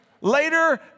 later